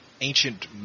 ancient